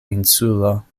insulo